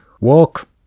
walk